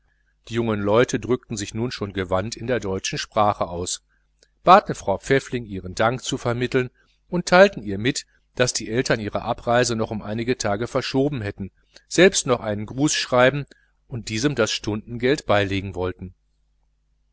die jungen leute drückten sich nun schon gewandt in der deutschen sprache aus baten frau pfäffling ihren dank zu vermitteln und teilten ihr mit daß die eltern ihre abreise noch um einige tage verschoben hätten selbst noch einen gruß schreiben und diesem das honorar für die stunden beilegen wollten